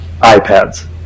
iPads